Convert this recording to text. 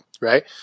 right